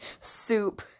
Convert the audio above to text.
soup